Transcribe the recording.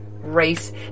race